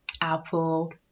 apple